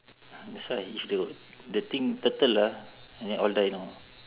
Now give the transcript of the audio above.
that's why if the the thing turtle ah and then all die know